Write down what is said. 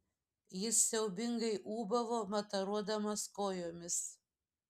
jis siaubingai ūbavo mataruodamas kojomis